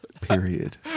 period